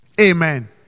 Amen